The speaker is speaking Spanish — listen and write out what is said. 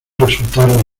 resultaron